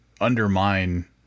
undermine